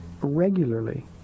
Regularly